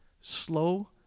slow